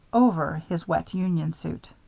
over his wet union suit.